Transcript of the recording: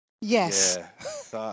Yes